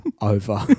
over